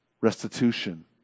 restitution